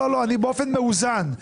אני באופן מאוזן.